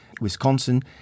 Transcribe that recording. Wisconsin